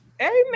Amen